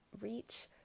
reach